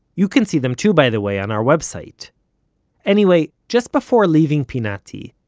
you can see them too, by the way, on our website anyway, just before leaving pinati,